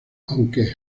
aunque